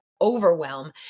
overwhelm